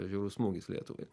žiaurus smūgis lietuvai